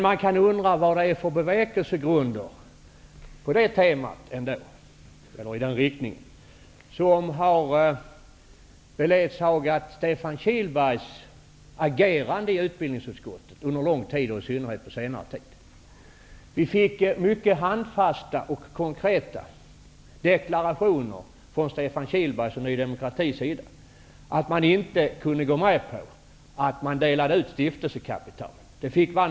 Man kan undra vilka bevekelsegrunder i den riktningen som har beledsagat Stefan Kihlberg när det gäller hans agerande i utbildningsutskottet under lång tid, och då i synnerhet under senare tid. Vi fick mycket handfasta och konkreta deklarationer från Stefan Kihlberg och Ny demokrati om att man inte kunde gå med på att stiftelsekapital delas ut.